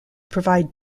provide